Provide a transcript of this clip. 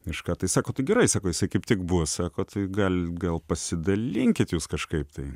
kažką tai sako tu gerai sako jisai kaip tik bus sako tai gal gal pasidalinkit jūs kažkaip tai